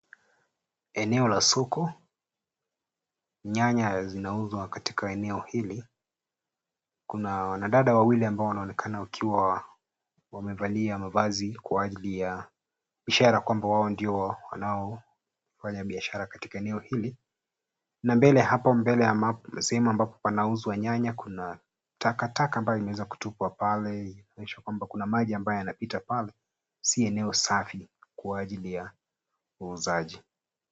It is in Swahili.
Eneo la soko lenye shughuli nyingi, ambalo linaonekana kuwa chafu na tope. Kuna wanawake kadhaa wauza-mbogamboga wamekaa chini, wakiuza bidhaa zao kama vile nyanya nyingi zilizoekwa kwenye rundo, na machungwa au matunda mengine yenye rangi ya machungwa. Si eneo safi kwa ajili ya uuzaji.